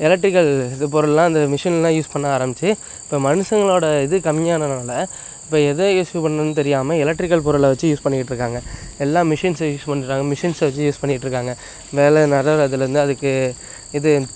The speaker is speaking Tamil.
எலெக்ட்ரிக்கல் இது பொருள்லாம் அந்த மிஷின்லாம் யூஸ் பண்ண ஆரம்பிச்சு இப்போ மனுசங்களோட இது கம்மி ஆனதுனால இப்போ எதை யூஸ் பண்ணுணுன்னு தெரியாமல் எலெக்ட்ரிக்கல் பொருளை வச்சு யூஸ் பண்ணிக்கிட்டுருக்காங்க எல்லாம் மிஷின்ஸை யூஸ் பண்ணுறாங்க மிஷின்ஸை வச்சு யூஸ் பண்ணிக்கிட்டுருக்காங்க வேலை நடவு நட்றதுலேர்ந்து அதுக்கு இது